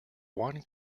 one